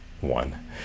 one